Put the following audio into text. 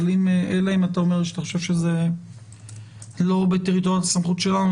אם אתה חושב שזה לא בסמכות שלנו,